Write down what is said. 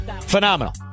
Phenomenal